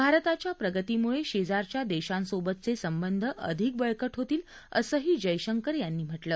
भारताच्या प्रगतीमुळे शेजारच्या देशासोबतचे संबध अधिक बळकट होतील असंही जयशंकर यांनी म्हटलं